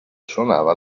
suonava